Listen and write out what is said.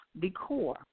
Decor